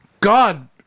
God